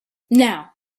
now